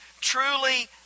truly